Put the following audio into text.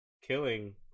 killing